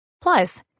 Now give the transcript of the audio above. Plus